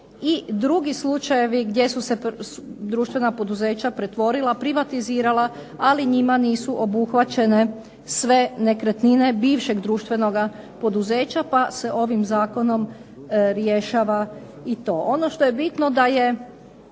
i drugi slučajevi gdje su se društvena poduzeća pretvorila, privatizirala, ali njima nisu obuhvaćene sve nekretnine bivšeg društvenoga poduzeća pa se ovim zakonom rješava i to. Ono što je bitno da je